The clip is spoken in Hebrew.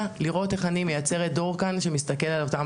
לראות איך אני מייצרת כאן דור שמסתכל על זה,